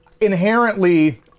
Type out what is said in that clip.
inherently